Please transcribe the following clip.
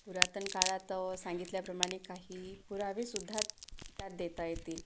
पुरातन काळात सांगितल्याप्रमाणे काही पुरावेसुद्धा त्यात देता येतील